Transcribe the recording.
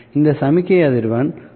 இது சமிக்ஞை அதிர்வெண் ஆகும்